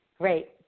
Great